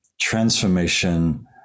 transformation